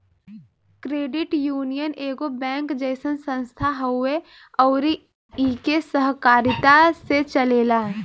credit union एगो bank जइसन संस्था हवे अउर इ के सहकारिता से चलेला